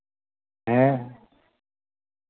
ᱦᱮᱸᱻ